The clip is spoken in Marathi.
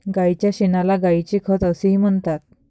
गायीच्या शेणाला गायीचे खत असेही म्हणतात